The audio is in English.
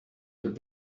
that